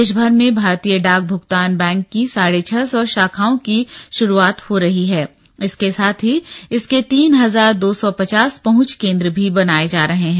देशभर में भारतीय डाक भुगतान बैंक की साढ़े छह सौ शाखाओं की शुरूआत हो रही है इसके साथ ही इसके तीन हजार दो सौ पचास पहुंच केंद्र भी बनाये जा रहे है